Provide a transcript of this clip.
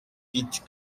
vite